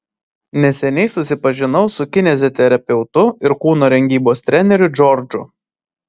neseniai susipažinau su kineziterapeutu ir kūno rengybos treneriu džordžu